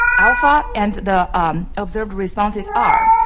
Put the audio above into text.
alpha, and the observed responses, r.